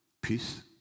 peace